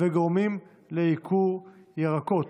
וגורמים לייקור ירקות,